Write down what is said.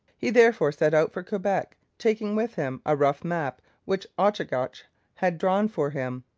he therefore set out for quebec, taking with him a rough map which ochagach had drawn for him.